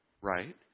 right